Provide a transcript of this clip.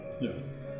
Yes